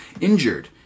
injured